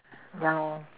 ya lor